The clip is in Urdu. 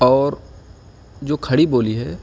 اور جو کھڑی بولی ہے